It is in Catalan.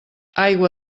aigua